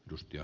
mustia